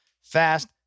fast